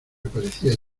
aparecía